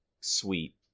sweet